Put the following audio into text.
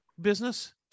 business